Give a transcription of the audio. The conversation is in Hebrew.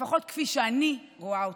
לפחות כפי שאני רואה אותה.